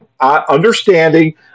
understanding